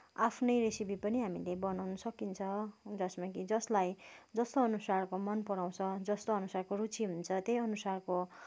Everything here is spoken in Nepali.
आफ्नै रेसिपी पनि हामीले बनाउन सकिन्छ जसमा कि जसलाई जस्तो अनुसारको मनपराउँछ जस्तो अनुसारको रुचि हुन्छ त्यही अनुसारको